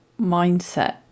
mindset